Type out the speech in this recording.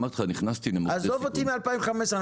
אמרתי לך נכנסתי --- עזוב אותי מ-2015,